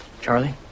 Charlie